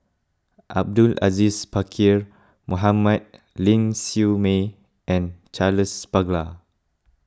Abdul Aziz Pakkeer Mohamed Ling Siew May and Charles Paglar